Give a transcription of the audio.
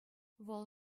вӑл